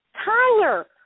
Tyler